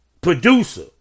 producer